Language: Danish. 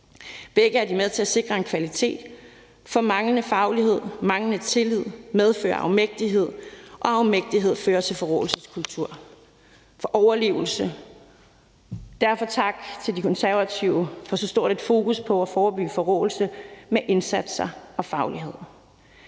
begge er de med til at sikre en kvalitet. For manglende faglighed og manglende tillid medfører afmægtighed, og afmægtighed fører til en forråelseskultur for overlevelse. Derfor vil jeg sige tak til De Konservative for at have så stort et fokus på at forebygge forråelse med indsatser og faglighed.